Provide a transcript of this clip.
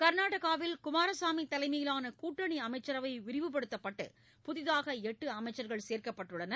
கர்நாடகாவில் குமாரசாமி தலைமையிலான கூட்டணி அமைச்சரவை விரிவுபடுத்தப்பட்டு புதிதாக எட்டு அமைச்சர்கள் சேர்க்கப்பட்டுள்ளனர்